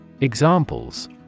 Examples